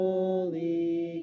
Holy